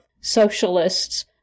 socialists